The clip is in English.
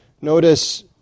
Notice